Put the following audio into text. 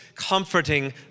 Comforting